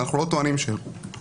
ואנחנו לא טוענים שלא,